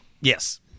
Yes